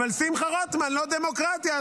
אבל שמחה רוטמן הוא לא דמוקרטיה,